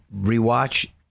rewatch